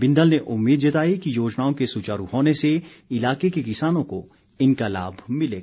बिंदल ने उम्मीद जताई कि योजनाओं के सुचारू होने से इलाके के किसानों को इनका लाभ मिलेगा